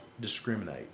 discriminate